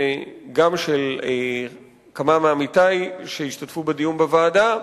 וגם של כמה מעמיתי שהשתתפו בדיון בוועדה,